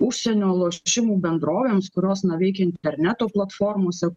užsienio lošimų bendrovėms kurios na veikia interneto platformose